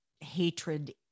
hatred